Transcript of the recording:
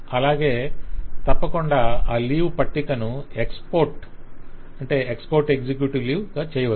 అలాగే తప్పకుండా ఆ లీవ్ పట్టికను ను ఎక్స్పోర్ట్ చేయవచ్చు